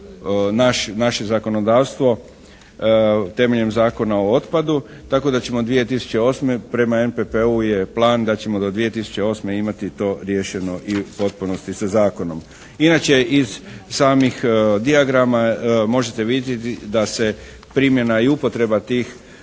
naše zakonodavstvo temeljem Zakona o otpadu. Tako da ćemo 2008. prema MPP-u je plan da ćemo do 2008. imati to riješeno i u potpunosti sa zakonom. Inače iz samih dijagrama možete vidjeti da se primjena i upotreba tih